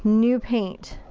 new paint.